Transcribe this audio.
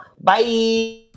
Bye